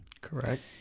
Correct